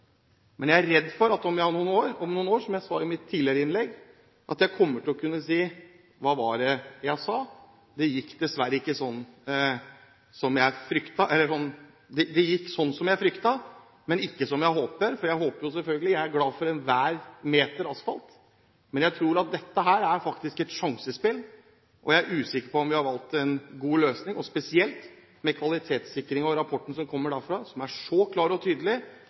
men jeg er redd for at jeg om noen år, som jeg sa i mitt tidligere innlegg, kommer til å si: Hva var det jeg sa? Det gikk sånn som jeg fryktet, men ikke som jeg håper. For jeg håper selvfølgelig, og jeg er glad for hver meter asfalt. Men jeg tror at dette er et sjansespill. Jeg er usikker på om vi har valgt en god løsning, spesielt når det gjelder kvalitetssikringen og den rapporten som kommer derfra, som er så klar og tydelig,